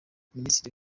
minisitiri